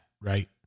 right